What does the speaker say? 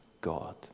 God